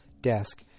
desk